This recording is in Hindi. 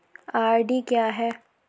आर.डी क्या है?